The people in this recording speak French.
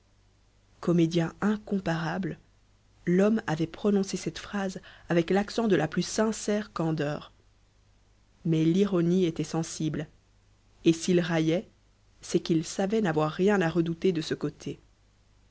comédien incomparable l'homme avait prononcé cette phrase avec l'accent de la plus sincère candeur mais l'ironie était sensible et s'il raillait c'est qu'il savait n'avoir rien à redouter de ce côté